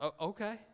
okay